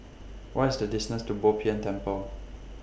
What IS The distance to Bo Tien Temple